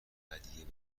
ودیعه